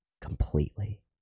completely